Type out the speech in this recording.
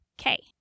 Okay